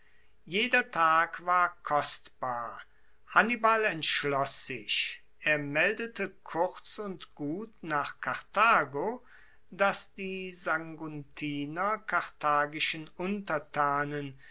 jeder tag war kostbar hannibal entschloss sich er meldete kurz und gut nach karthago dass die saguntiner karthagischen untertanen